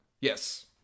Yes